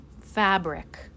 Fabric